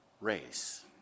race